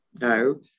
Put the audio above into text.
no